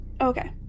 Okay